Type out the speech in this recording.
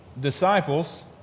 disciples